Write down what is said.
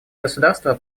государства